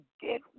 get